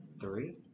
three